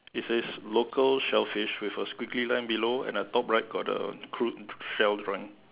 it says local shellfish with a squeaky lamp below and at top right got a crook shell one